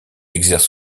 exerce